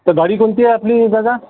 तर गाडी कोणती आहे आपली दादा